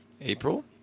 April